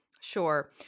Sure